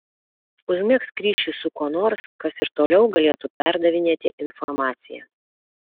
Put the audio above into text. užmegzk ryšį su kuo nors kas ir toliau galėtų perdavinėti informaciją